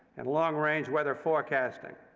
and long-range weather forecasting.